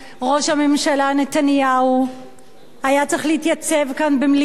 ראש הממשלה נתניהו היה צריך להתייצב כאן במליאת הכנסת,